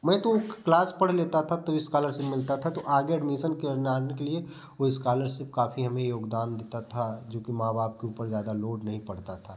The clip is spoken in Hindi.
मैं तो क्लास पढ़ लेता था तब इस्कालरसिप मिलता था तो आगे एडमीसन करवाने के लिए वो इस्कालरसिप काफ़ी हमें योगदान देता था जो कि माँ बाप के ऊपर ज़्यादा लोड नहीं पड़ता था